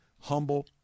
humble